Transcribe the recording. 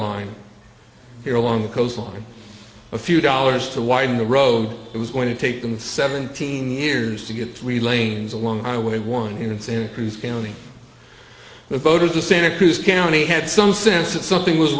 line here along the coastline a few dollars to widen the road it was going to take them seventeen years to get three lanes along highway one in santa cruz county the voters of santa cruz county had some sense that something was